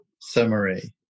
summary